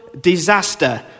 disaster